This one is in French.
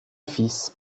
fils